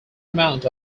amount